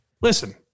Listen